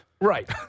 Right